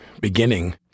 beginning